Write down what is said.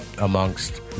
amongst